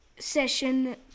session